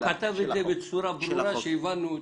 הוא כתב זאת בצורה ברורה שהבנו אותה.